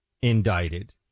indicted